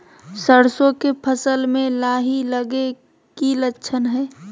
सरसों के फसल में लाही लगे कि लक्षण हय?